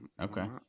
Okay